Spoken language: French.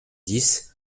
dix